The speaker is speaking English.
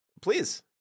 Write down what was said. Please